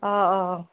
অ অ অ